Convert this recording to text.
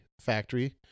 factory